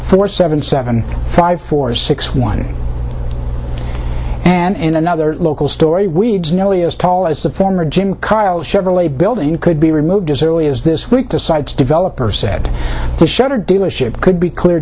four seven seven five four six one and in another local story we only as tall as the former jim kyle chevrolet building could be removed as early as this week besides developer said the shutter dealership could be clear